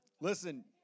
Listen